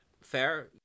fair